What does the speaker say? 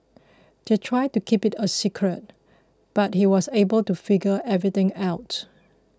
they tried to keep it a secret but he was able to figure everything out